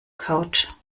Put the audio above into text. couch